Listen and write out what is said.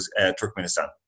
Turkmenistan